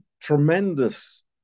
tremendous